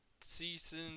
season